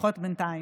לפחות בינתיים.